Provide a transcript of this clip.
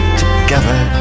together